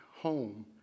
home